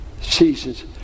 seasons